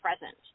present